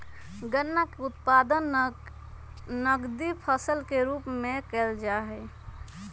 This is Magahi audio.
गन्ना के उत्पादन नकदी फसल के रूप में कइल जाहई